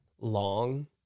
long